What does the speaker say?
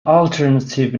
alternative